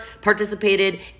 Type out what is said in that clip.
participated